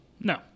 No